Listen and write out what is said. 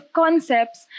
concepts